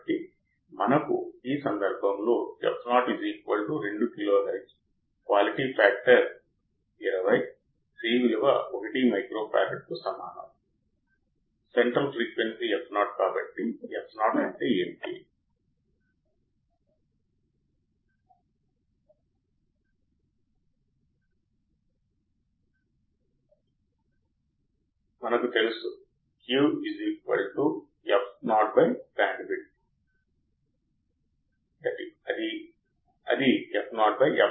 కాబట్టి మళ్ళీ తెరపై గమనిస్తే మనకు నాలుగు దశలు ఉన్నాయి మొదటి దశ ఇన్పుట్ దశ లేదా అవకలన దశ ఇది రెండు సంకేతాల మధ్య వ్యత్యాసాన్ని యాంప్లిఫై చేస్తుంది ఎందుకంటే అవకలన దశ కి ఇన్పుట్ రెసిస్టెన్స్ చాలా అధికం ఇన్పుట్ మూలాల నుండి సున్నా కరెంటు డ్రా చేస్తుందిఇంతకు ముందు మనం చర్చించినది కూడా ఇదే ఈ దశ ఆపరేషన్ యాంప్లిఫైయర్ యొక్క ఇన్పుట్ దశ మనకు అధిక ఇన్పుట్ ఇంపెడెన్స్ ఉన్న దశ అవుతుంది మరియు ఇది ఇన్పుట్ మూలాల నుండి కరెంట్ తీసుకోదు